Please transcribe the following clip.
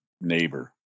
neighbor